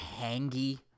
hangy